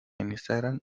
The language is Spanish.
instagram